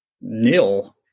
nil